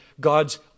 God's